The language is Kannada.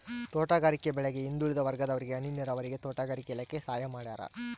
ತೋಟಗಾರಿಕೆ ಬೆಳೆಗೆ ಹಿಂದುಳಿದ ವರ್ಗದವರಿಗೆ ಹನಿ ನೀರಾವರಿಗೆ ತೋಟಗಾರಿಕೆ ಇಲಾಖೆ ಸಹಾಯ ಮಾಡ್ಯಾರ